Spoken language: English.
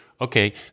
Okay